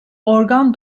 organ